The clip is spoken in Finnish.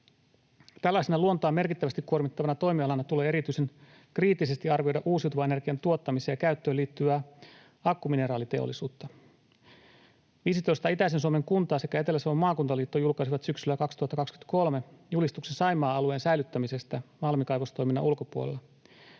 Tällaisena luontoa merkittävästi kuormittavana toimialana tulee erityisen kriittisesti arvioida uusiutuvan energian tuottamiseen ja käyttöön liittyvää akkumineraaliteollisuutta. 15 itäisen Suomen kuntaa sekä Etelä-Savon maakuntaliitto julkaisivat syksyllä 2023 julistuksen Saimaan alueen säilyttämisestä malmikaivostoiminnan ulkopuolella.